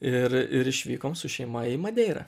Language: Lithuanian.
ir ir išvykom su šeima į madeirą